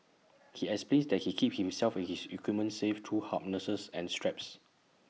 he explains that he keeps himself and his equipment safe through harnesses and straps